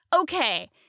okay